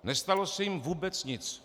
Nestalo se jim vůbec nic.